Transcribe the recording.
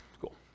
cool